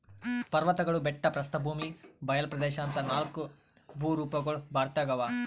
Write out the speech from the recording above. ಪರ್ವತ್ಗಳು ಬೆಟ್ಟ ಪ್ರಸ್ಥಭೂಮಿ ಬಯಲ್ ಪ್ರದೇಶ್ ಅಂತಾ ನಾಲ್ಕ್ ಭೂರೂಪಗೊಳ್ ಭಾರತದಾಗ್ ಅವಾ